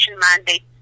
mandate